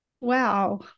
Wow